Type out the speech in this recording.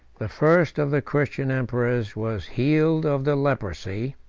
the first of the christian emperors was healed of the leprosy,